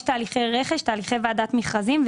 יש תהליכי רכש, תהליכי ועדת מכרזים.